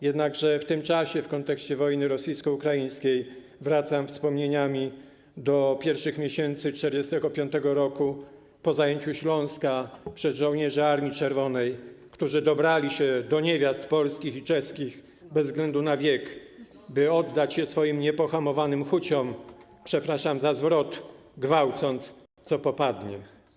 Jednakże w tym czasie w kontekście wojny rosyjsko-ukraińskiej wracam wspomnieniami do pierwszych miesięcy 1945 r., do czasu po zajęciu Śląska przez żołnierzy Armii Czerwonej, którzy dobrali się do niewiast polskich i czeskich, bez względu na ich wiek, by oddać się niepohamowanym chuciom, przepraszam za zwrot, gwałcąc co popadnie.